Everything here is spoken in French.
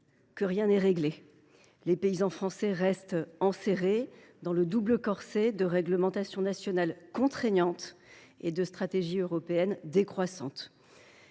que rien n’est réglé. Les paysans français restent enserrés dans le double corset de réglementations nationales contraignantes et de stratégies européennes décroissantes.